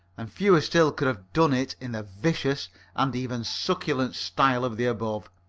and fewer still could have done it in the vicious and even succulent style of the above.